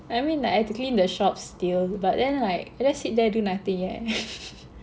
I mean like I have to clean the shop still but then like I just sit there do nothing eh